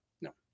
no